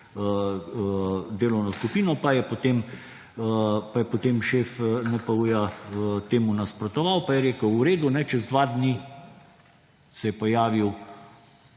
delovno skupino, pa je potem šef NPU temu nasprotoval, pa je rekel – v redu. Čez dva dni se je pojavil